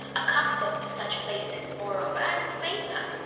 accustomed to such places moreover, and made none.